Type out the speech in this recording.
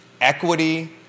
equity